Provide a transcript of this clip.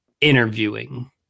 interviewing